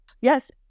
Yes